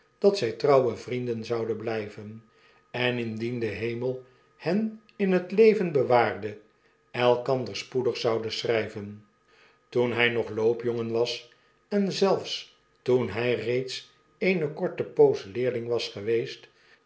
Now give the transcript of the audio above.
dat zjj trouwe vrienden zouden blyven en indien de hemel hen in het leven bewaarde elkander spoedig zouden schrijven toen hy nog loopjongen was en zelfs toen hij reeds eene korte poos leerling was geweest